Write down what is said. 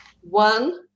one